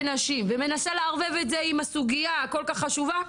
נשים ומנסה לערבב את זה עם הסוגיה הכול כך חשובה,